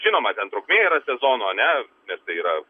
žinoma ten trukmė yra sezono ane nes tai yra